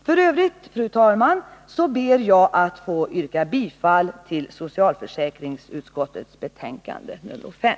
F. ö., fru talman, ber jag att få yrka bifall till hemställan i socialförsäkringsutskottets betänkande nr 5.